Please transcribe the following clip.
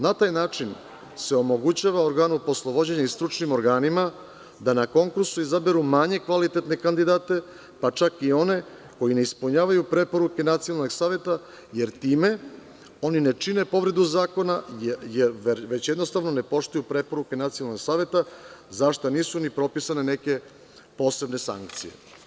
Na taj način se omogućava organu poslovođenja i stručnim organima da na konkursu izaberu manje kvalitetne kandidate, pa čak i one koji ne ispunjavaju preporuke Nacionalnog saveta, jer time oni ne čine povredu zakona već jednostavno ne poštuju preporuke Nacionalnog saveta, za šta nisu ni propisane neke posebne sankcije.